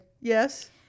Yes